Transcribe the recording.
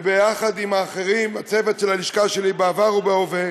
וביחד עם האחרים, הצוות של הלשכה שלי בעבר ובהווה.